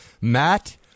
Matt